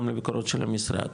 גם לביקורת של המשרד,